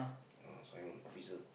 sign on officer